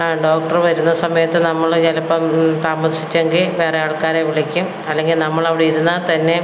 doctor വരുന്ന സമയത്ത് നമ്മൾ ചിലപ്പം താമസിച്ചെങ്കിൽ വേറെ ആൾക്കാരെ വിളിക്കും അല്ലെങ്കിൽ നമ്മൾ അവിടെ ഇരുന്നാൽ തന്നെ